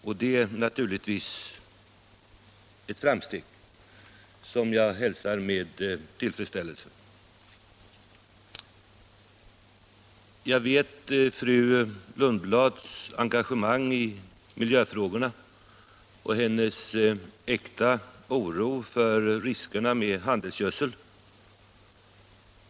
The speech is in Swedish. Det är naturligtvis ett framsteg som jag hälsar med tillfredsställelse. Jag känner till fru Lundblads engagemang i miljöfrågorna och hennes äkta oro för riskerna med handelsgödsel.